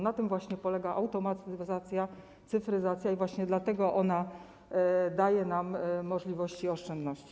Na tym właśnie polega automatyzacja, cyfryzacja i właśnie dlatego ona daje nam możliwość oszczędności.